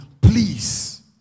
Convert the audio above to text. please